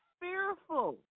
fearful